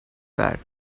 that